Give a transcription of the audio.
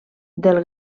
del